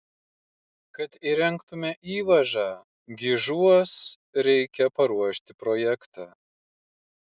kad įrengtume įvažą gižuos reikia paruošti projektą